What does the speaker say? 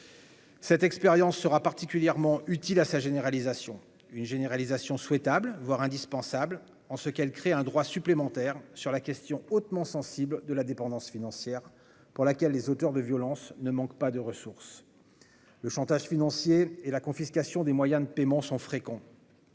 Cette expérience sera particulièrement utile à sa généralisation. Une telle généralisation est souhaitable, voire indispensable puisqu'elle aboutira à la création d'un droit supplémentaire sur la question hautement sensible de la dépendance financière. Les auteurs de violences, eux, ne manquent pas de ressources. Le chantage financier et la confiscation des moyens de paiement sont fréquents.